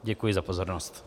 Děkuji za pozornost.